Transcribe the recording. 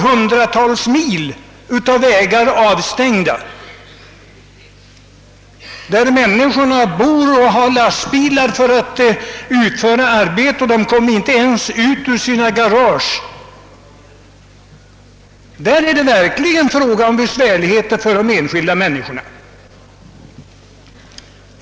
Hundratals vägmil är där avstängda. De människor som bor där har lastbilar för att utföra arbetet, men de kommer inte ens ut ur sina garage. Där är det verkligen fråga om besvärligheter för de enskilda människorna.